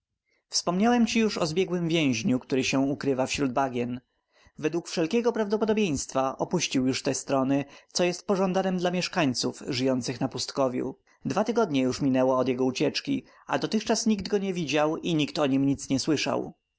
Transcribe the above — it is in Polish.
wspomniałem ci już o zbiegłym więźniu który się ukrywa wśród bagien według wszelkiego prawdopodobieństwa opuścił już te strony co jest pożądanem dla mieszkańców żyjących na pustkowiu dwa tygodnie już minęło od jego ucieczki a dotychczas nikt go nie widział i nikt o nim nie słyszał